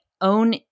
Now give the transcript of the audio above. own